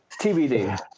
TBD